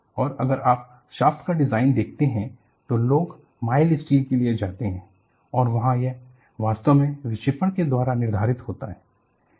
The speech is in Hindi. और अगर आप शाफ्ट का डिजाइन देखते हैं तो लोग माइल्ड स्टील के लिए जाते हैं और वहां यह वास्तव में विक्षेपण के द्वारा निर्धारित होता है